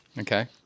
Okay